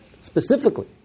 specifically